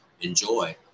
enjoy